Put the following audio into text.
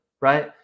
Right